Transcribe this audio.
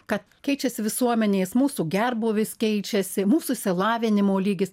kad keičiasi visuomenės mūsų gerbūvis keičiasi mūsų išsilavinimo lygis